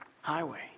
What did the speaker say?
highway